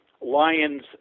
lion's